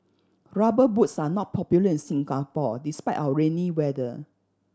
Rubber Boots are not popular in Singapore despite our rainy weather